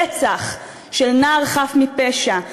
רצח של נער חף מפשע,